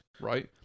right